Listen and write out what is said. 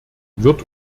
wird